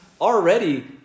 already